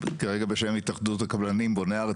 כרגע בשם התאחדות הקבלנים בוני הארץ,